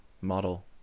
model